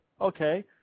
Okay